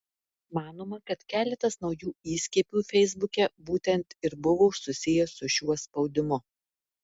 manoma kad keletas naujų įskiepių feisbuke būtent ir buvo susiję su šiuo spaudimu